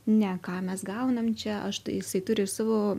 ne ką mes gaunam čia aš tai jisai turi savo